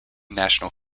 national